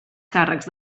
càrrecs